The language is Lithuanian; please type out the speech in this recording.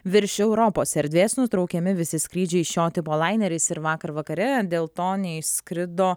virš europos erdvės nutraukiami visi skrydžiai šio tipo laineriais ir vakar vakare dėl to neišskrido